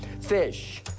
fish